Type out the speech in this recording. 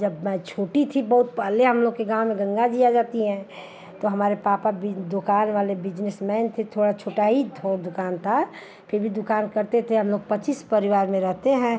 जब मैं छोटी थी बहुत पहले हम लोग के गाँव में गंगाजी आ जाती हैं तो हमारे पापा दुकान वाले बिजनेसमैन थे थोड़ी छोटी ही थोक दुकान थी फिर भी दुकान करते थे हम लोग पच्चीस परिवार में रहते हैं